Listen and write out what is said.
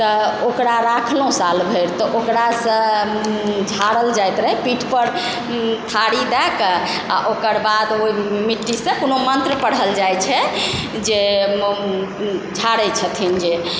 ओकरा राखलहुँ साल भरि तऽ ओकरासँ झाड़ल जाइत रहै पीठपर थाड़ी दए कऽ आओर ओकर बाद मिट्टीसँ कोनो मन्त्र पढ़ल जाइ छै जे झाड़ै छथिन जे